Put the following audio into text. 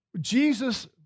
Jesus